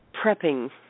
prepping